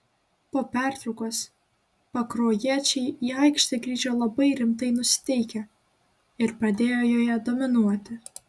po pertraukos pakruojiečiai į aikštę grįžo labai rimtai nusiteikę ir pradėjo joje dominuoti